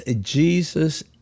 Jesus